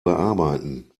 bearbeiten